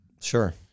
Sure